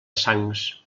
sangs